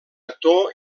actor